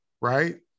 right